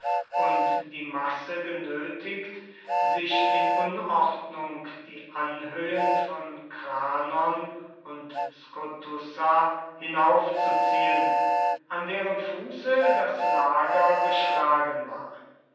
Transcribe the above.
und die masse genötigt sich in unordnung die anhöhen von krannon und skotussa hinaufzuziehen an deren fuße das lager geschlagen war